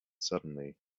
suddenly